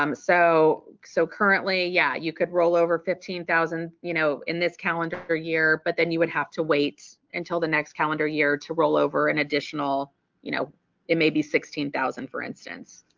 um so so currently yeah you could roll over fifteen thousand you know in this calendar year but then you would have to wait until the next calendar year to roll over an additional you know it may be sixteen thousand for instance.